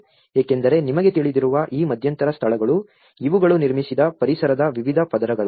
ಏಕೆಂದರೆ ನಿಮಗೆ ತಿಳಿದಿರುವ ಈ ಮಧ್ಯಂತರ ಸ್ಥಳಗಳು ಇವುಗಳು ನಿರ್ಮಿಸಿದ ಪರಿಸರದ ವಿವಿಧ ಪದರಗಳಾಗಿವೆ